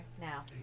now